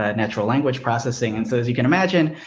ah natural language processing. and so, as you can imagine,